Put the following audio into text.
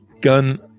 gun